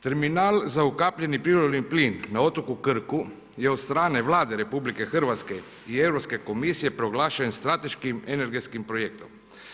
Terminal za ukapljeni prirodni plin na otoku Krku je od strane Vlade RH i Europske komisije proglašen strateškim energetskim projektom.